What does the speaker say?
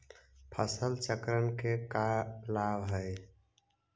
फसल चक्रण के का लाभ हई?